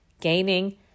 gaining